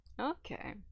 Okay